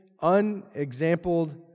unexampled